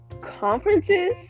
Conferences